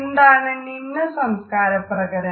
എന്താണ് നിമ്ന സംസ്കാര പ്രകരണം